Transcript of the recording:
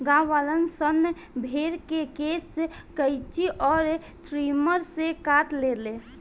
गांववालन सन भेड़ के केश कैची अउर ट्रिमर से काट देले